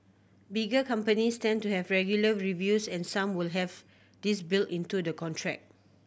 bigger companies tend to have regular reviews and some will have this built into the contract